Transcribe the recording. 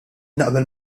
naqbel